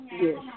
Yes